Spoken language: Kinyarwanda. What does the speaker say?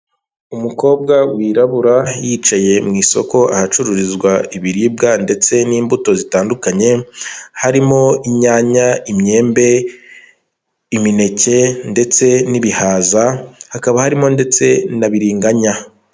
Umukobwa wirabura yicaye mu isoko ahacururizwa ibiribwa ndetse n'imbuto zitandukanye, harimo: inyanya, imyembe, imineke ndetse n'ibihaza, hakaba harimo ndetse na biringanya.